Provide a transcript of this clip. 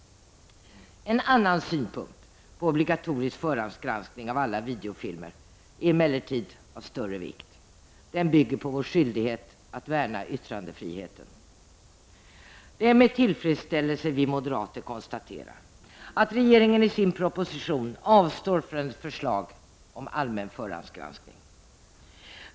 En annan synpunkt på obligatorisk förhandsgranskning av alla videofilmer är emellertid av större vikt. Den bygger på vår skyldighet att värna yttrandefriheten. Det är med stor tillfredsställelse vi moderater konstaterar att regeringen i sin proposition avstår från ett förslag om allmän förhandsgranskning.